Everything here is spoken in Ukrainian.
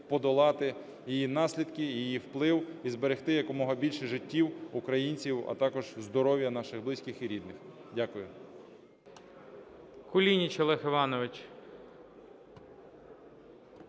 подолати її наслідки, її вплив і зберегти якомога більше життів українців, а також здоров'я наших близьких і рідних. Дякую.